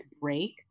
break